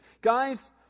Guys